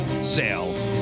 sale